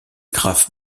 graphes